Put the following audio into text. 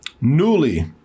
Newly